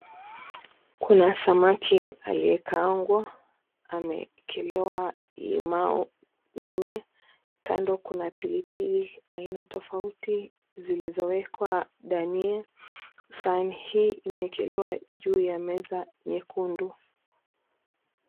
Kuna samaki aliyekaangwa ameekelewa limau nne. Kando kuna pilipili aina tofauti zilizowekelewa dania. Sahani hii imewekelewa juu ya meza nyekundu.